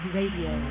Radio